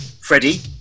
Freddie